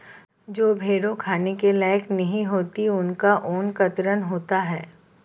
जो भेड़ें खाने के लायक नहीं होती उनका ऊन कतरन होता है